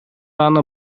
аны